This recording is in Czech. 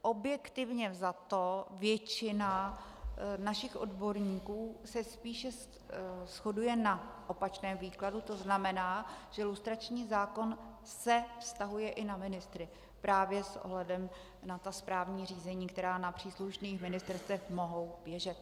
Objektivně vzato, většina našich odborníků se spíše shoduje na opačném výkladu, to znamená, že lustrační zákon se vztahuje i na ministry právě s ohledem na ta správní řízení, která na příslušných ministerstvech mohou běžet.